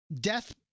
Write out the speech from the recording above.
Death